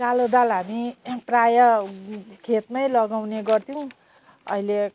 कालो दाल हामी प्राय खेतमै लगाउने गर्थ्यौँ अहिले